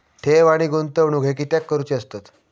ठेव आणि गुंतवणूक हे कित्याक करुचे असतत?